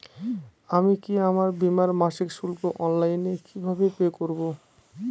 আমি কি আমার বীমার মাসিক শুল্ক অনলাইনে কিভাবে পে করব?